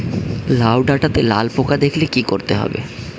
লাউ ডাটাতে লাল পোকা দেখালে কি করতে হবে?